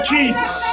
Jesus